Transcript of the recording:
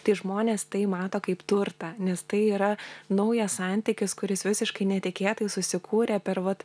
tai žmonės tai mato kaip turtą nes tai yra naujas santykis kuris visiškai netikėtai susikūrė per vat